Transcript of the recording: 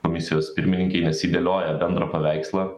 komisijos pirmininkei nes ji dėlioja bendrą paveikslą